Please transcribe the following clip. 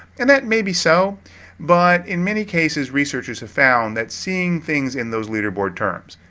and that may be so but in many cases researchers have found that seeing things in those leaderboard terms.